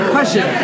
Question